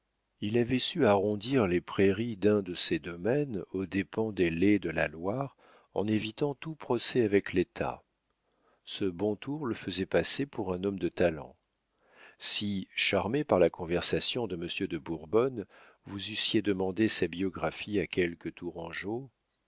il avait su arrondir les prairies d'un de ses domaines aux dépens des lais de la loire en évitant tout procès avec l'état ce bon tour le faisait passer pour un homme de talent si charmé par la conversation de monsieur de bourbonne vous eussiez demandé sa biographie à quelque tourangeau